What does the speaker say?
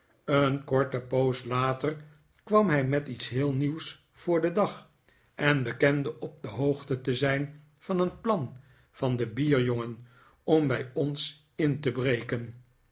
een korte poos later kwam hij met iets heel nieuws voor den dag en bekende op de hoogte te zijn van een plan van den bierjongen om bij ons in te breken